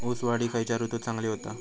ऊस वाढ ही खयच्या ऋतूत चांगली होता?